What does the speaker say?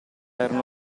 erano